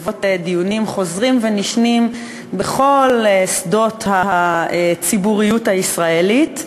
דיונים חוזרים ונשנים בכל שדות הציבוריות הישראלית.